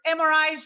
MRIs